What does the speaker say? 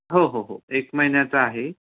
हो हो हो एक महिन्याचा आहे